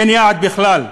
אין יעד בכלל.